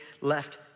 left